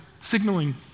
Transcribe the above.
signaling